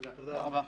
תודה רבה.